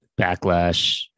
backlash